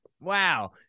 Wow